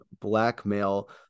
blackmail